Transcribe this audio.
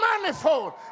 manifold